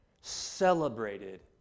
celebrated